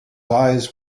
eyes